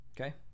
okay